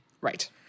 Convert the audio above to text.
Right